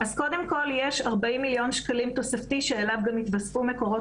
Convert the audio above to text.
אז קודם כל יש 40 מיליון שקלים תוספתי שאליו יתווספו גם מקורות